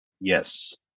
Yes